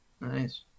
Nice